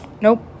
Nope